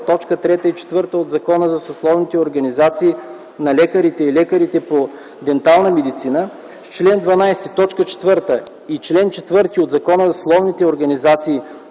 т. 3 и чл. 4 от Закона за съсловните организации на лекарите и лекарите по дентална медицина, с чл. 12, т. 4 и чл. 4 от Закона за съсловната организация